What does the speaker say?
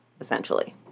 essentially